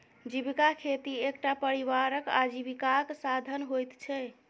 जीविका खेती एकटा परिवारक आजीविकाक साधन होइत छै